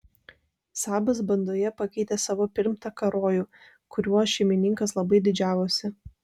sabas bandoje pakeitė savo pirmtaką rojų kuriuo šeimininkas labai didžiavosi